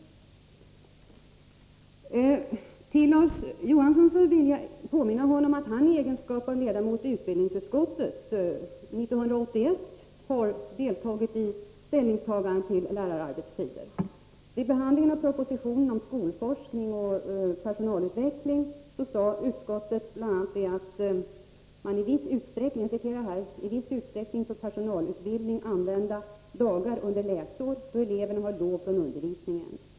Jag vill påminna Larz Johansson om att han i egenskap av ledamot i utbildningsutskottet 1981 har deltagit i ett ställningstagande till lärarnas arbetstider. Vid behandling av propositionen om skolforskning och personalutveckling sade utskottet bl.a. att man skulle ”i viss utsträckning för personalutbildning använda dagar under läsår, då eleverna har lov från undervisningen.